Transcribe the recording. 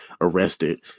arrested